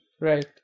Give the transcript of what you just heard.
right